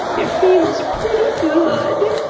it feels pretty good.